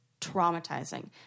traumatizing